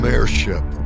Airship